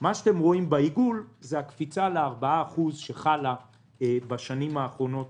מה שאתם רואים בעיגול זה הקפיצה ל-4% שחלה בשנים האחרונות